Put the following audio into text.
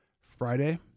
Friday